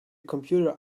computer